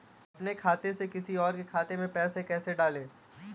अपने खाते से किसी और के खाते में पैसे कैसे डालें?